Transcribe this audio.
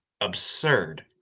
absurd